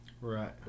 right